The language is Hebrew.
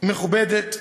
המכובדת,